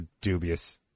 dubious